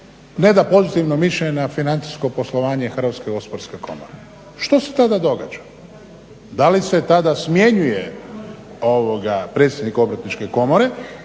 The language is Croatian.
ne da pozitivno mišljenje na financijsko poslovanje Hrvatske gospodarske komore. Što se tada događa? Da li se tada smjenjuje predsjednik Obrtničke komore?